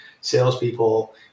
salespeople